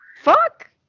Fuck